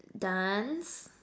dance